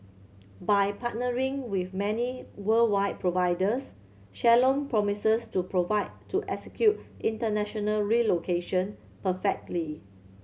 by partnering with many worldwide providers Shalom promises to provide to execute international relocation perfectly